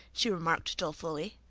she remarked dolefully.